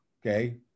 okay